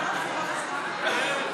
אז אנחנו עוברים כעת להצבעה על הצעת